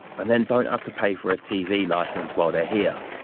and then don't have to pay for a tv license while they're here.